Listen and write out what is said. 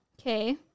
Okay